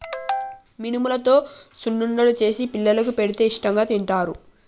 మినుములతో సున్నుండలు చేసి పిల్లలకు పెడితే ఇష్టాంగా తింటారు